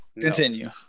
Continue